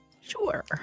Sure